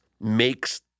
makes